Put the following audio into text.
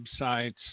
websites